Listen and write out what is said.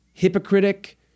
hypocritic